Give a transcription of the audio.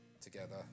together